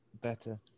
better